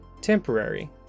temporary